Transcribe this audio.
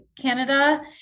Canada